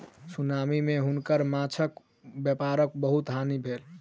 tsunami मे हुनकर माँछक व्यापारक बहुत हानि भेलैन